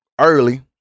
early